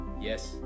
yes